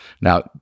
Now